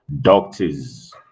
doctors